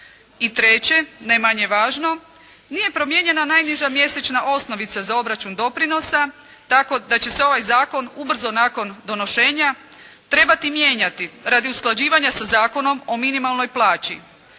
treće, ne manje važno, nije promijenjena najniža mjesečna osnovica za obračun doprinosa, tako da će se ovaj zakon ubrzo nakon dovršenja trebati mijenjati radi usklađivanja sa Zakonom o minimalnoj plaći.